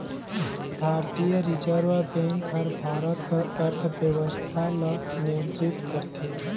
भारतीय Reserve Bank हर भारत कर अर्थबेवस्था ल नियंतरित करथे